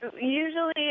Usually